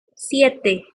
siete